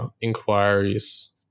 inquiries